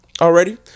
Already